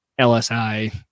LSI